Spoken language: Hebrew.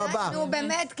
נו באמת,